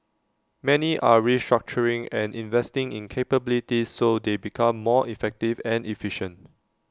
many are restructuring and investing in capabilities so they become more effective and efficient